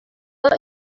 but